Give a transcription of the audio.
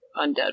undead